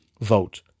vote